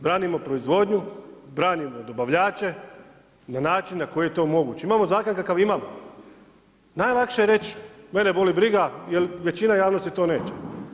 Branimo proizvodnju, branimo dobavljače na način na koji je to moguće, imamo zakon kakav imamo, najlakše je reć mene boli briga jel većina javnosti to neće.